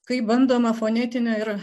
kai bandoma fonetinę ir